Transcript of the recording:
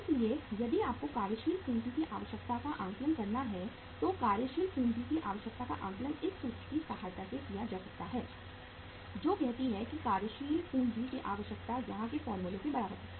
इसलिए यदि आपको कार्यशील पूंजी की आवश्यकता का आकलन करना है तो कार्यशील पूंजी की आवश्यकता का आकलन इस सूत्र की सहायता से किया जा सकता है जो कहती है कि कार्यशील पूंजी की आवश्यकता यहां के फार्मूले के बराबर है